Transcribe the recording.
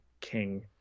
King